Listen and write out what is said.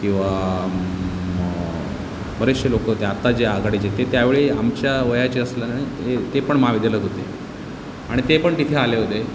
किंवा बरेचसे लोकं ते आत्ता जे आघाडीचे आहेत ते त्यावेळी आमच्या वयाचे असल्याने ते ते पण महाविद्यालयात होते आणि ते पण तिथे आले होते